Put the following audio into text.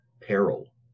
peril